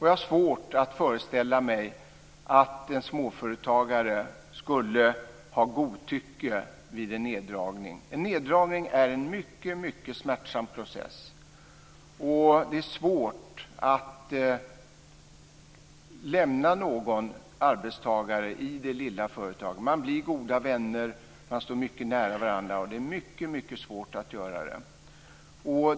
Jag har svårt att föreställa mig att en småföretagare skulle ha godtycke vid en neddragning. En neddragning är en mycket smärtsam process. Det är svårt att lämna någon arbetstagare i det lilla företaget. Man blir goda vänner och står mycket nära varandra, och det är mycket svårt att göra detta.